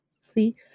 See